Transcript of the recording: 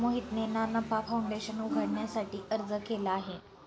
मोहितने ना नफा फाऊंडेशन उघडण्यासाठी अर्ज केला आहे